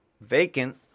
vacant